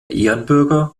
ehrenbürger